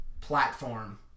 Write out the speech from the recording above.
platform